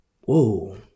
Whoa